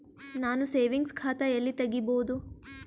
ನಾನು ಸೇವಿಂಗ್ಸ್ ಖಾತಾ ಎಲ್ಲಿ ತಗಿಬೋದು?